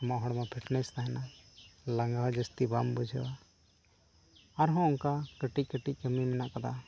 ᱟᱢᱟᱜ ᱦᱚᱲᱢᱚ ᱯᱷᱤᱴᱱᱮᱹᱥ ᱛᱟᱦᱮᱱᱟ ᱞᱟᱸᱜᱟ ᱦᱚᱸ ᱡᱟᱹᱥᱛᱤ ᱵᱟᱢ ᱵᱩᱡᱷᱟᱹᱣᱟ ᱟᱨᱦᱚᱸ ᱚᱱᱠᱟ ᱠᱟᱹᱴᱤᱡ ᱠᱟᱹᱴᱤᱡ ᱠᱟᱹᱢᱤ ᱢᱮᱱᱟᱜ ᱠᱟᱫᱟ